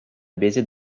baiser